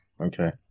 okay